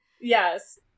Yes